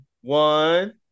One